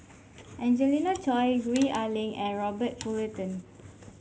Angelina Choy Gwee Ah Leng and Robert Fullerton